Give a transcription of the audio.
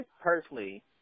personally